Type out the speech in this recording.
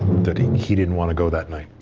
that he didn't want to go that night.